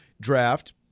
draft